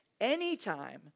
Anytime